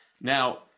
Now